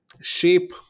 shape